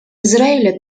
израиля